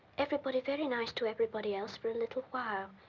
everybody very nice to everybody else for a little while,